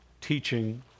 teaching